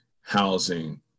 housing